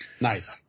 Nice